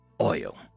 Oil